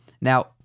Now